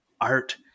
art